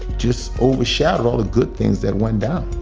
just overshadowed all the good things that went down.